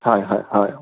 হয় হয় হয়